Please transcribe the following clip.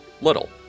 little